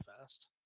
fast